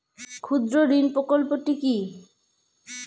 ক্ষুদ্রঋণ প্রকল্পটি কি?